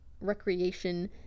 recreation